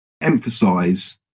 emphasize